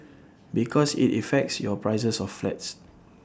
because IT affects your prices of flats